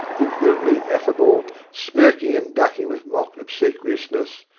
impudently affable, smirking and ducking with mock obsequiousness,